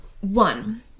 One